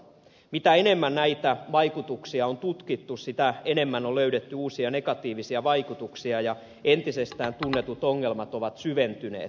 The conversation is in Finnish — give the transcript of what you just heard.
mitä enemmän näitä vaikutuksia on tutkittu sitä enemmän on löydetty uusia negatiivisia vaikutuksia ja entisestään tunnetut ongelmat ovat syventyneet